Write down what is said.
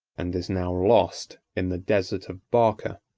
and is now lost in the desert of barca.